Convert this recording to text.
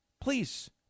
Please